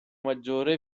maggiore